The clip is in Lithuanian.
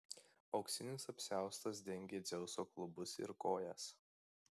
auksinis apsiaustas dengė dzeuso klubus ir kojas